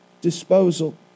disposal